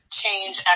change